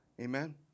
Amen